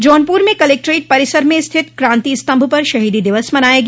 जौनपुर में कलेक्ट्रट परिसर में स्थित क्राति स्तंभ पर शहीदी दिवस मनाया गया